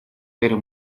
pero